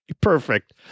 perfect